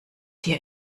hier